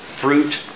Fruit